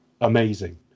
amazing